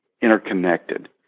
interconnected